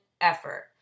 effort